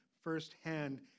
firsthand